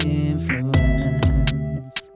influence